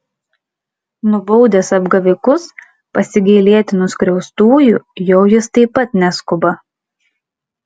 nubaudęs apgavikus pasigailėti nuskriaustųjų jau jis taip pat neskuba